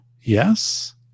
yes